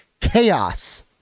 chaos